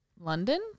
London